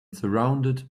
surrounded